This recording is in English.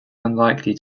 unlikely